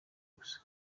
gusa